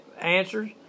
answers